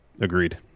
agreed